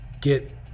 get